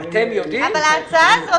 אבל ההצעה הזאת,